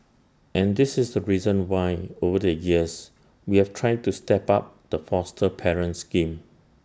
and this is the reason why over the years we have tried to step up the foster parent scheme